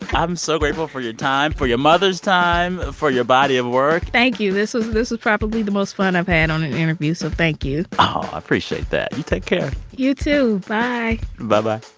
i'm so grateful for your time, for your mother's time, for your body of work thank you. this was this was probably the most fun i've had on an interview, so thank you aw, i appreciate that. you take care you too. bye but